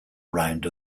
round